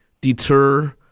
deter